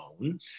own